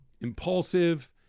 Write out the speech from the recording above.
impulsive